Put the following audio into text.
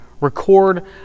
record